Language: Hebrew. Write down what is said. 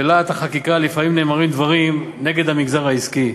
בלהט החקיקה לפעמים נאמרים דברים נגד המגזר העסקי.